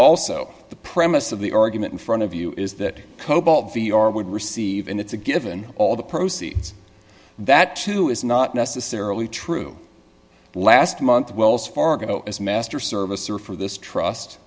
also the premise of the argument in front of you is that cobol v r would receive in its a given all the proceeds that to is not necessarily true last month wells fargo as master service or for this trust